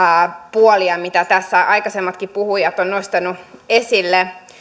puolia mitä tässä aikaisemmatkin puhujat ovat nostaneet esille